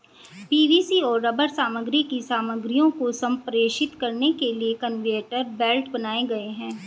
PVC और rubber सामग्री की सामग्रियों को संप्रेषित करने के लिए कन्वेयर बेल्ट बनाए गए हैं